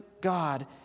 God